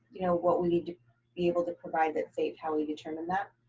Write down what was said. you know, what we need to be able to provide that says how we determine that,